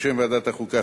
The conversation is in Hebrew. בשם ועדת החוקה,